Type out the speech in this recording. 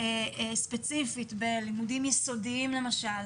ספציפית בלימודים יסודיים למשל,